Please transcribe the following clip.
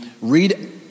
read